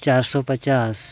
ᱪᱟᱨᱥᱚ ᱯᱚᱸᱪᱟᱥ